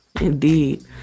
indeed